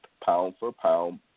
pound-for-pound